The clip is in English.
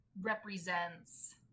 represents